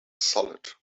solid